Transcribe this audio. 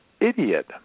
idiot